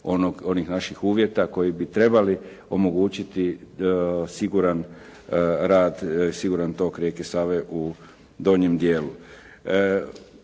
onih naših uvjeta koji bi trebali omogućiti siguran rad, siguran tok rijeke Save u donjem dijelu.